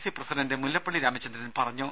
C president Mullappally Ramachandran പറഞ്ഞു